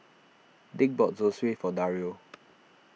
Dick bought Zosui for Dario